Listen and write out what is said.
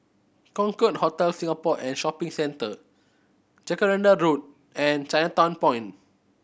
Concorde Hotel Singapore and Shopping Centre Jacaranda Road and Chinatown Point